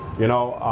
you know,